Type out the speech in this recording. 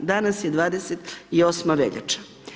Danas je 28. veljača.